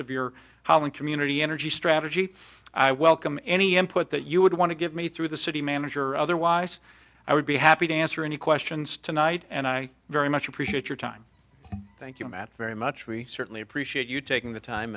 of your housing community energy strategy i welcome any input that you would want to give me through the city manager otherwise i would be happy to answer any questions tonight and i very much appreciate your time thank you matthew very much we certainly appreciate you taking the time